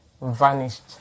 vanished